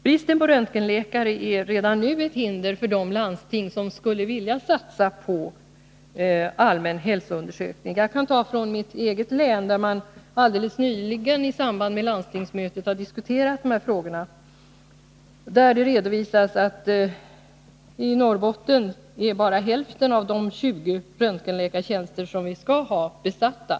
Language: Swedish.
Bristen på röntgenläkare är redan nu ett hinder för de landsting som skulle vilja satsa på allmän hälsoundersökning. Jag kan ta exempel från mitt eget län, där man nyligen i samband med landstingsmötet har diskuterat de här frågorna. Det bör redovisas att i Norrbotten bara hälften av de 20 röntgenläkartjänster som vi skall ha där är besatta.